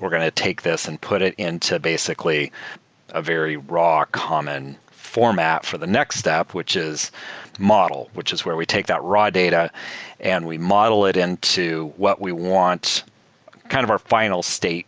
we're going to take this and put it into basically a very raw common format for the next step, which is model, which is where we take that raw data and we model it into what we want kind of our fi nal state